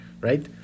Right